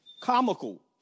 comical